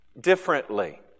differently